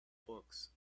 books